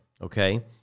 okay